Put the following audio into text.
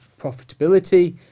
profitability